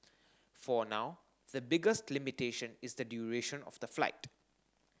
for now the biggest limitation is the duration of the flight